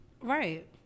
Right